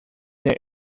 their